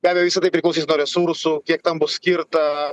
be abejo visa tai priklausys nuo resursų kiek tam bus skirta